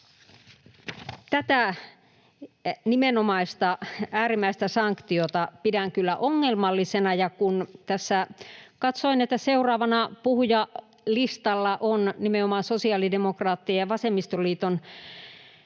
Tätä nimenomaista äärimmäistä sanktiota pidän kyllä ongelmallisena. Kun tässä katsoin, että seuraavina puhujalistalla on nimenomaan sosiaalidemokraattien ja vasemmistoliiton